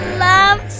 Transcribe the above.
love